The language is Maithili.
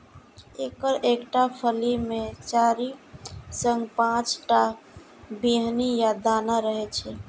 एकर एकटा फली मे चारि सं पांच टा बीहनि या दाना रहै छै